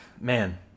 man